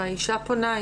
אם האישה פונה,